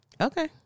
Okay